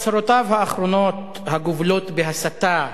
הצהרותיו האחרונות, הגובלות בהסתה,